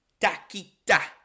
Takita